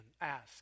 Ask